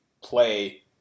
play